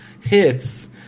hits